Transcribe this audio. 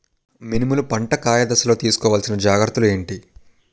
మినుములు పంట కాయ దశలో తిస్కోవాలసిన జాగ్రత్తలు ఏంటి?